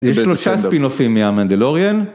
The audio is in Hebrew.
יש שלושה פינופים מהמנדלוריאן